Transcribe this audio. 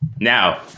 now